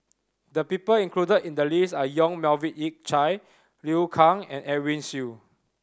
the people included in the list are Yong Melvin Yik Chye Liu Kang and Edwin Siew